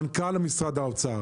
מנכ"ל משרד האוצר